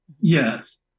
Yes